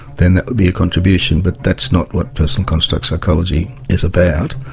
then that would be a contribution. but that's not what personal construct psychology is about.